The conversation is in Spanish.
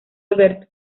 alberto